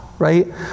right